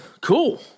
Cool